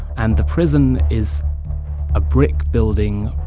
and the prison is a brick building,